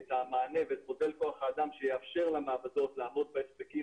את המענה ואת מודל כוח האדם שיאפשר למעבדות לעמוד בהספקים